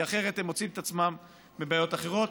כי אחרת הם מוצאים את עצמם בבעיות אחרות.